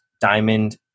diamond